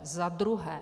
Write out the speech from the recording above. Za druhé.